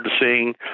seeing